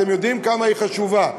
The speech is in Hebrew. אתם יודעים כמה היא חשובה,